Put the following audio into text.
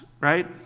right